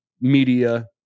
media